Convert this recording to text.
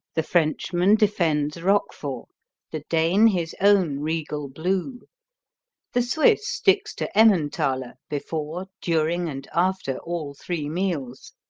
the frenchman defends roquefort, the dane his own regal blue the swiss sticks to emmentaler before, during and after all three meals.